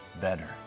better